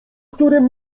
którym